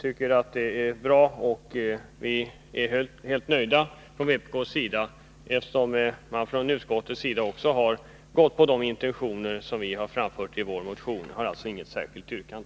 Vpk är helt nöjt, eftersom utskottet har följt intentionerna i vpk:s motion. Därför har vi inget särskilt yrkande.